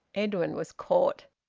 edwin was caught.